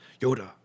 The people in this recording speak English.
Yoda